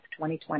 2020